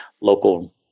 local